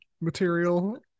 material